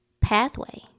pathway